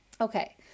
Okay